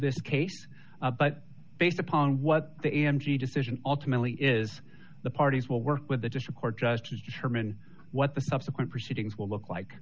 this case but based upon what the m g decision ultimately is the parties will work with the district court judge to determine what the subsequent proceedings will look like